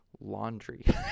Laundry